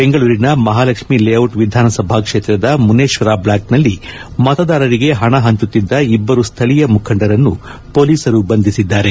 ಬೆಂಗಳೂರಿನ ಮಹಾಲಕ್ಷ್ಮಿಲೇಔಟ್ ವಿಧಾನಸಭಾ ಕ್ಷೇತ್ರದ ಮುನೇಶ್ವರ ಬ್ಲಾಕ್ ನಲ್ಲಿ ಮತದಾರರಿಗೆ ಹಣ ಹಂಚುತ್ತಿದ್ದ ಇಬ್ಬರು ಸ್ಥಳೀಯ ಮುಖಂಡರನ್ನು ಪೊಲೀಸರು ಬಂಧಿಸಿದ್ದಾರೆ